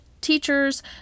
teachers